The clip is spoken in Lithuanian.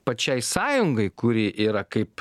pačiai sąjungai kuri yra kaip